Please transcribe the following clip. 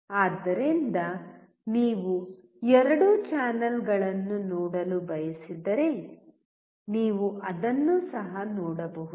ಆದ್ದರಿಂದ ನೀವು ಎರಡೂ ಚಾನಲ್ಗಳನ್ನು ನೋಡಲು ಬಯಸಿದರೆ ನೀವು ಅದನ್ನು ಸಹ ನೋಡಬಹುದು